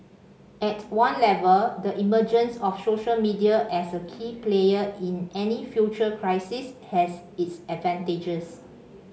at one level the emergence of social media as a key player in any future crisis has its advantages